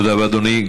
תודה רבה, אדוני.